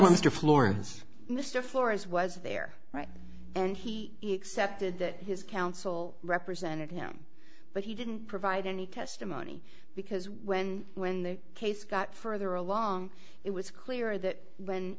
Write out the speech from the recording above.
was to florence mr flores was there right and he accepted that his counsel represented him but he didn't provide any testimony because when when the case got further along it was clear that when